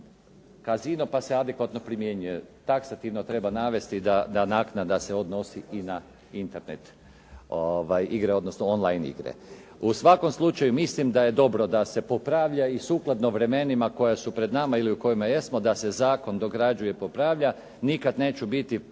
casino pa se adekvatno primjenjuje. Taksativno treba navesti da naknada se odnosi i na internet igre, odnosno online igre. U svakom slučaju, mislim da je dobro da se popravlja i sukladno vremenima koja su pred nama ili u kojima jesmo da se zakon dograđuje, popravlja. Nikad neću biti